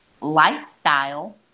lifestyle